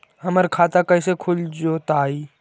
हमर खाता कैसे खुल जोताई?